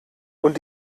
und